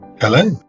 Hello